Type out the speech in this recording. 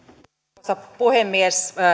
arvoisa puhemies